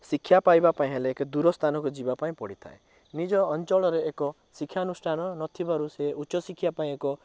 ଶିକ୍ଷା ପାଇବାପାଇଁ ହେଲେ ଏକ ଦୂର ସ୍ଥାନକୁ ଯିବା ପାଇଁ ପଡ଼ିଥାଏ ନିଜ ଅଞ୍ଚଳରେ ଏକ ଶିକ୍ଷାଅନୁଷ୍ଠାନ ନଥିବାରୁ ସେ ଉଚ୍ଚଶିକ୍ଷା ପାଇଁ ଏକ